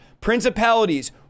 principalities